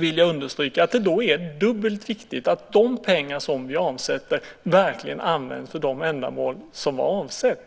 vill jag understryka att det är dubbelt viktigt att de pengar vi avsätter verkligen används för de ändamål som var avsedda.